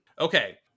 Okay